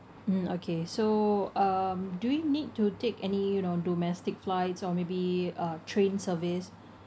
mm okay so um do we need to take any you know domestic flights or maybe uh train service